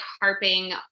harping